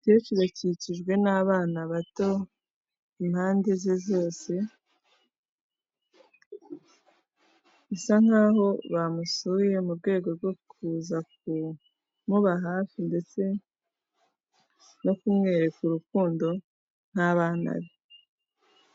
Umukecuru akikijwe n'abana bato impande ze zose, bisa nkaho bamusuye mu rwego rwo kuza kumuba hafi ndetse no kumwereka urukundo nk'abana be.